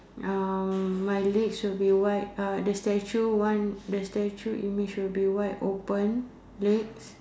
uh my legs will be wide uh the statue one the statue image will be wide open legs